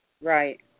Right